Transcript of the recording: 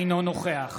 אינו נוכח